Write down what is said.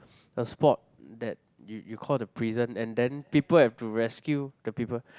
a spot that you you call the prison and then people have to rescue the people